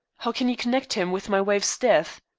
how can you connect him with my wife's death?